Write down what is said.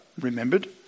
remembered